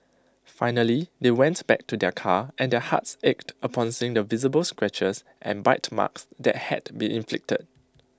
finally they went back to their car and their hearts ached upon seeing the visible scratches and bite marks that had been inflicted